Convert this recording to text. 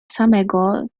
samego